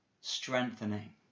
strengthening